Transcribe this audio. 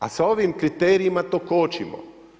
A sa ovim kriterijima to kočimo.